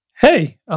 Hey